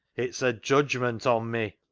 it's a judgment on me.